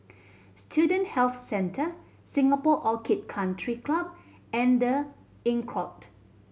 Student Health Centre Singapore Orchid Country Club and The Inncrowd